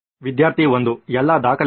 ವಿದ್ಯಾರ್ಥಿ 1 ಎಲ್ಲಾ ದಾಖಲೆಗಳು